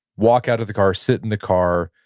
walk out of the car, sit in the car,